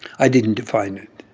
i didn't define it